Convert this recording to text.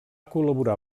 col·laborar